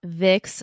vix